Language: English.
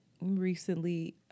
Recently